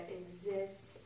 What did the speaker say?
exists